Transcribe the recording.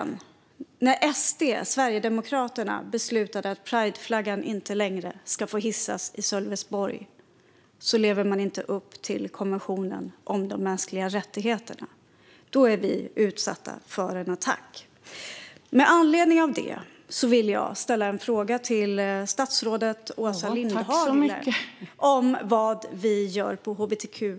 När SD, Sverigedemokraterna, beslutade att prideflaggan inte längre ska få hissas i Sölvesborg lever man inte upp till konventionen om de mänskliga rättigheterna. Då är vi utsatta för en attack. Med anledning av detta vill jag ställa en fråga till statsrådet Åsa Lindhagen om vad vi gör på hbtq-området.